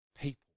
people